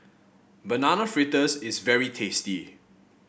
Banana Fritters is very tasty